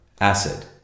acid